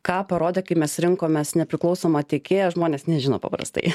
ką parodė kai mes rinkomės nepriklausomą tiekėją žmonės nežino paprastai